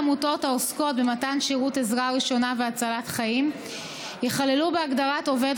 העמותות העוסקות במתן שירות עזרה ראשונה והצלת חיים ייכללו בהגדרת "עובד